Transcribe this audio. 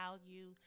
value